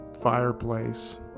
Fireplace